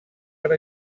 per